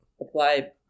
apply